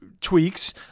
tweaks